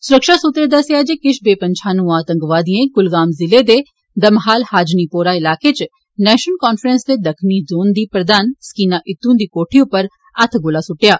सुरक्षा सुत्तरें दस्सेआ ऐ जे किश बेपन्छानू आतंकवादिएं कुलगाम जिले दे दमहाल हान्जीपोरा इलाके च नेशनल कांफ्रेंस दे दक्खनी जोन दी प्रधान सकीना इत्तू हुंदी कोठी उप्पर हत्थगोला सुट्टेआ